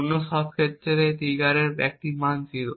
অন্য সব ক্ষেত্রে বা ট্রিগারের একটি মান 0